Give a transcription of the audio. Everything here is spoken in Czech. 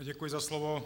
Děkuji za slovo.